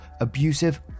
abusive